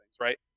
right